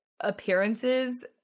appearances